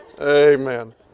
Amen